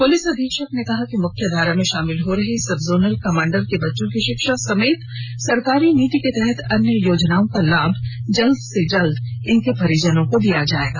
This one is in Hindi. पुलिस अधीक्षक ने कहा कि मुख्यधारा में शामिल हो रहे सब जोनल कमांडर के बच्चों की शिक्षा समेत सरकारी नीति के तहत अन्य योजनाओं का लाभ जल्द से जल्द इनके परिजनों को दिया जाएगा